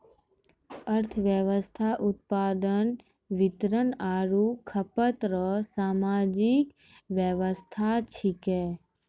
अर्थव्यवस्था उत्पादन वितरण आरु खपत रो सामाजिक वेवस्था छिकै